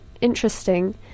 interesting